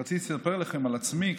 רציתי לספר לכם קצת על עצמי.